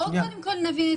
בואו קודם כל נבין את המודל.